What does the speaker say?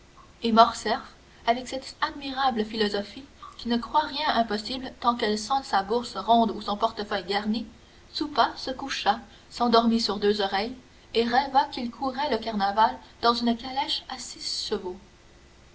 et morcerf avec cette admirable philosophie qui ne croit rien impossible tant qu'elle sent sa bourse ronde ou son portefeuille garni soupa se coucha s'endormit sur les deux oreilles et rêva qu'il courait le carnaval dans une calèche à six chevaux